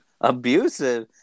Abusive